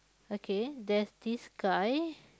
okay there's this guy